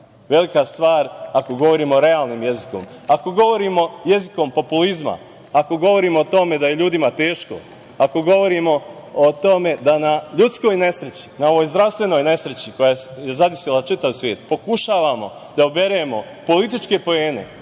velika stvar, ako govorimo realnim jezikom. Ako govorimo jezikom populizma, ako govorimo o tome da je ljudima teško, ako govorimo o tome da na ljudskoj nesreći, na ovoj zdravstvenoj nesreći koja je zadesila čitav svet, pokušavamo da uberemo političke poene,